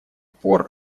пор